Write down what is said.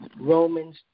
Romans